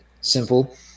simple